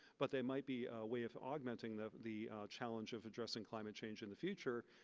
but they might be a way of augmenting the the challenge of addressing climate change in the future,